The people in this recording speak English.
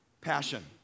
passion